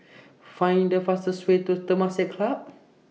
Find The fastest Way to Temasek Club